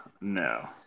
no